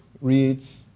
reads